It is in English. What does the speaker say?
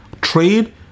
trade